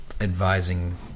advising